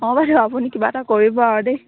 অঁ বাইদেউ আপুনি কিবা এটা কৰিব আৰু দেই